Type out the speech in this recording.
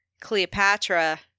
Cleopatra